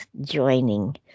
joining